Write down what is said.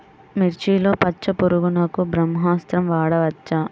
మిర్చిలో పచ్చ పురుగునకు బ్రహ్మాస్త్రం వాడవచ్చా?